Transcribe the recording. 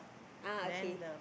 ah okay